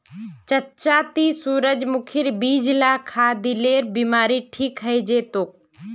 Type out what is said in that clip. चच्चा ती सूरजमुखीर बीज ला खा, दिलेर बीमारी ठीक हइ जै तोक